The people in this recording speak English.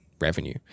revenue